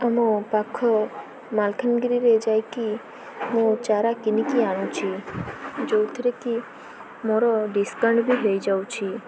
ଆମ ପାଖ ମାଲକାନାଗିରିରେ ଯାଇକି ମୁଁ ଚାରା କିଣିକି ଆଣୁଛି ଯେଉଁଥିରେ କିି ମୋର ଡିସକାଉଣ୍ଟ ବି ହୋଇଯାଉଛି